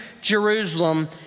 Jerusalem